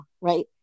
right